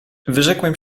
wyrzekłem